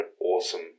awesome